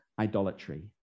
idolatry